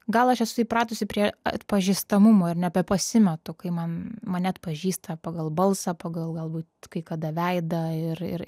gal aš esu įpratusi prie atpažįstamumo ir nebepasimetu kai man mane atpažįsta pagal balsą pagal galbūt kai kada veidą ir ir